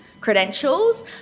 Credentials